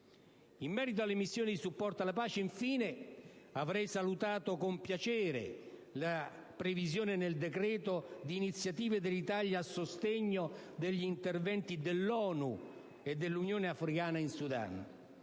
In merito alle missioni di supporto alla pace, infine, avrei salutato con piacere la previsione nel decreto-legge di iniziative dell'Italia a sostegno degli interventi dell'ONU e dell'Unione africana in Sudan.